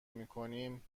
میکنیم